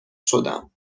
شدم